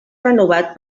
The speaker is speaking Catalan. renovat